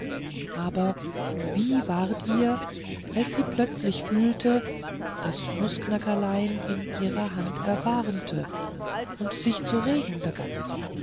aber wie ward ihr als sie plötzlich fühlte daß nußknackerlein in ihrer hand erwarmte und sich zu regen begann